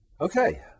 Okay